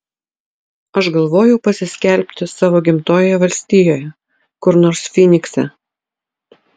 aš galvojau pasiskelbti savo gimtojoje valstijoje kur nors fynikse